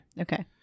Okay